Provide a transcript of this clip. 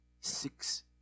Six